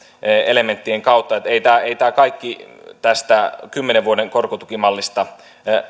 elementtien kautta että ei tämä kaikki tästä kymmenen vuoden korkotukimallista